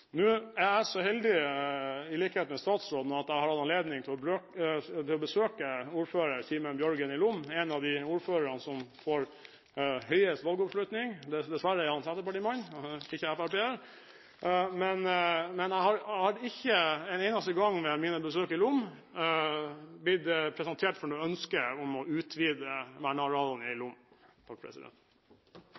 Nå er jeg så heldig, i likhet med statsråden, at jeg har hatt anledning til å besøke ordfører Simen Bjørgen i Lom, en av de ordførerne som får høyest valgoppslutning. Dessverre er han senterpartimann og ikke FrP-er. Men jeg har ikke en eneste gang ved mine besøk i Lom blitt presentert for noe ønske om å utvide vernearealene i Lom.